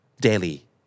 daily